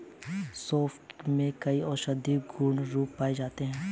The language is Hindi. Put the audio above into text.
सोंफ में कई औषधीय गुण पाए जाते हैं